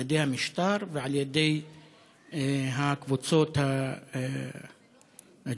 על-ידי המשטר ועל-ידי הקבוצות הג'יהאדיסטיות,